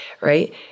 right